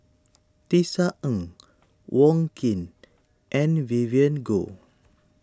Tisa Ng Wong Keen and Vivien Goh